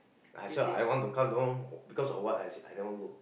I also I want to come know but because of what I say I never go